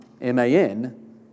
M-A-N